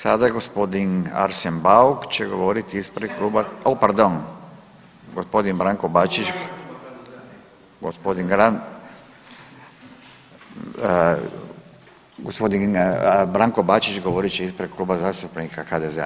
Sada je gospodin Arsen Bauk će govorit ispred kluba, o pardon, gospodin Branko Bačić, gospodin Branko Bačić govorit će ispred Kluba zastupnika HDZ-a.